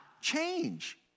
change